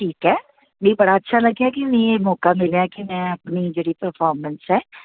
ठीक ऐ मि बड़ा अच्छा लग्गेआ कि मैं मौका मिल्लेआ कि मैं अपनी जेह्ड़ी परफार्मन्स ऐ